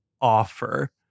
offer